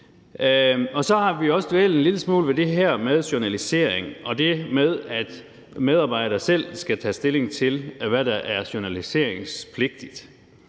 Så har vi også dvælet en lille smule ved det her med journalisering og det med, at medarbejdere selv skal tage stilling til, hvad der er journaliseringspligtigt.